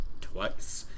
twice